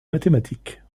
mathématiques